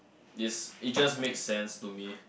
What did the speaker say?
is it just make sense to me